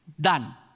done